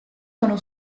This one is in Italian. sono